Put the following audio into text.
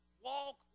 walk